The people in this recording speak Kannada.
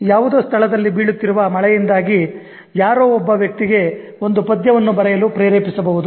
ಯಾವುದೋ ಸ್ಥಳದಲ್ಲಿ ಬೀಳುತ್ತಿರುವ ಮಳೆಯಿಂದಾಗಿ ಯಾರೋ ಒಬ್ಬ ವ್ಯಕ್ತಿಗೆ ಒಂದು ಪದ್ಯವನ್ನು ಬರೆಯಲು ಪ್ರೇರೆಪಿಸಬಹುದು